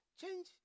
change